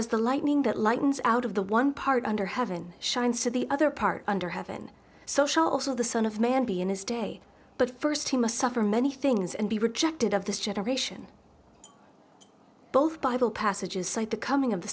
as the lightning that lightens out of the one part under heaven shines to the other part under heaven so she also the son of man be in his day but first he must suffer many things and be rejected of this generation both bible passages cite the coming of the